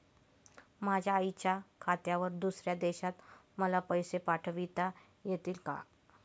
माझ्या आईच्या खात्यावर दुसऱ्या देशात मला पैसे पाठविता येतील का?